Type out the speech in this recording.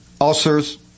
ulcers